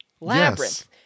labyrinth